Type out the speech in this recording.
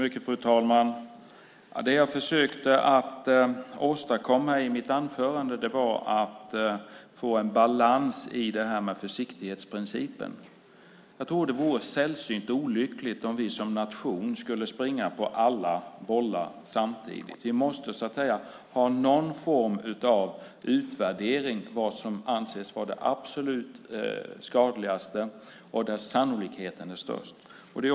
Fru talman! Det jag försökte åstadkomma i mitt anförande var att få en balans i detta med försiktighetsprincipen. Det vore sällsynt olyckligt om vi som nation skulle springa på alla bollar samtidigt. Vi måste ha någon form av utvärdering av vad som anses vara det absolut skadligaste och där sannolikheten är störst.